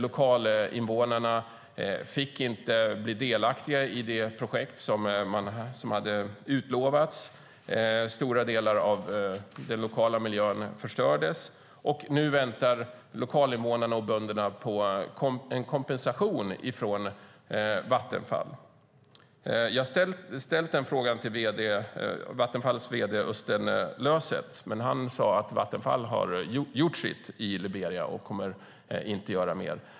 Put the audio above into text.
Lokalinvånarna fick inte bli delaktiga i projektet som de hade utlovats. Stora delar av den lokala miljön förstördes. Nu väntar lokalinvånarna och bönderna på en kompensation från Vattenfall. Jag har ställt den här frågan till Vattenfalls vd Øysten Løseth, men han sade att Vattenfall har gjort sitt i Liberia och inte kommer att göra mer.